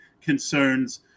concerns